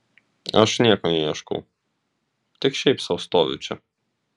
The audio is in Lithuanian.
aš nieko neieškau tik šiaip sau stoviu čia